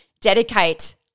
dedicate